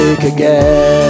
again